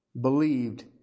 believed